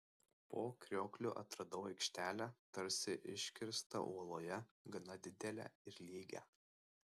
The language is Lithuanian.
po kriokliu atradau aikštelę tarsi iškirstą uoloje gana didelę ir lygią